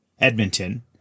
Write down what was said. Edmonton